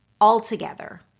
altogether